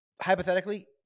hypothetically